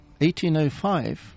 1805